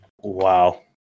Wow